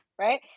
right